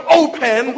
open